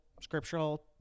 scriptural